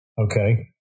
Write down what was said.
Okay